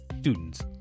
students